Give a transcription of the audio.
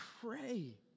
pray